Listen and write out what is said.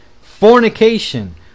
fornication